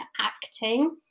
acting